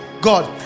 god